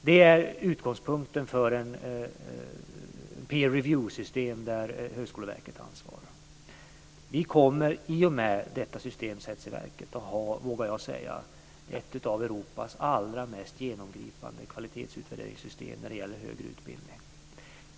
Det är utgångspunkten för ett empirical reviewsystem, där Högskoleverket har ansvaret. Vi kommer i och med detta system att ha, vågar jag säga, ett av Europas allra mest genomgripande kvalitetsutvärderingssystem när det gäller högre utbildning.